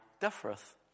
differeth